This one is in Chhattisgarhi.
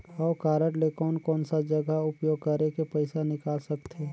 हव कारड ले कोन कोन सा जगह उपयोग करेके पइसा निकाल सकथे?